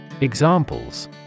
Examples